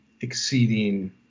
exceeding